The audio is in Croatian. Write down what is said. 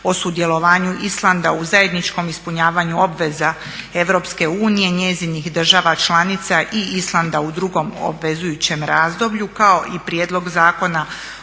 o sudjelovanju Islanda u zajedničkom ispunjavanju obveza Europske unije, njezinih država članica i Islanda u drugom obvezujućem razdoblju kao i prijedlog Zakona